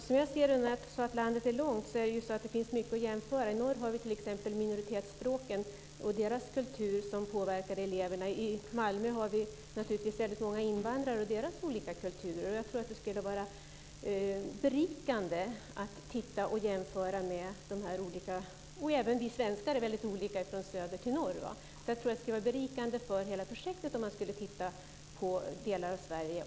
Fru talman! Landet är långt. Det finns mycket att jämföra. I norr finns minoritetsspråken och deras kultur som påverkar eleverna. I Malmö finns många invandrare och deras olika kulturer. Det skulle vara berikande att jämföra dessa olika landsdelar. Vi svenskar är olika från söder till norr. Det skulle vara berikande för hela projektet att titta på delar av Sverige.